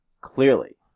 Clearly